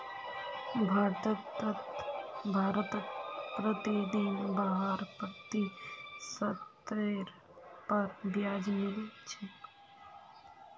भारतत प्रतिदिन बारह प्रतिशतेर पर ब्याज मिल छेक